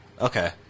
Okay